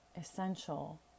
essential